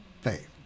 faith